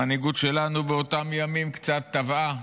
המנהיגות שלנו באותם ימים קצת טבעה